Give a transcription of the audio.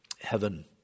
heaven